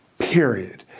period.